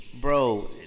Bro